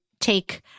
take